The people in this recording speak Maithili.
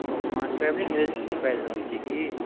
ओ अहाँ ट्रेवलिन्ग एजेन्सीसँ बाजि रहल छी कि